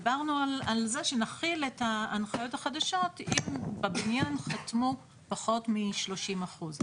דיברנו על זה שנחיל את ההנחיות החדשות אם בבניין חתמו פחות מ-30%.